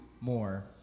more